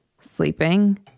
sleeping